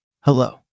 Hello